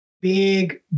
Big